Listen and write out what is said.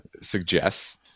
suggests